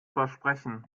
versprechen